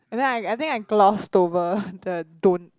and then I I think I glossed over the don't